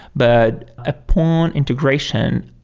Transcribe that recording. but upon integration,